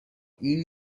این